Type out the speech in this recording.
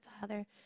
Father